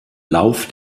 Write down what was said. lauf